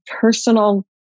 personal